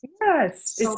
yes